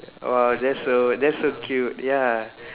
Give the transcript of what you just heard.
[wah] that's so that's so cute ya